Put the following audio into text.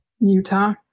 Utah